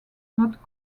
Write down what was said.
not